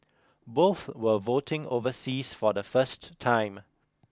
both were voting overseas for the first time